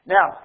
Now